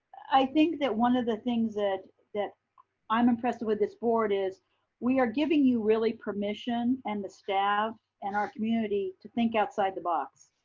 i think that one of the things that that i'm impressed with this board is we are giving you really permission and the staff and our community to think outside the box.